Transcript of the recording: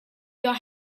your